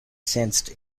sensed